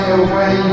away